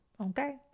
okay